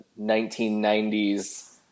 1990s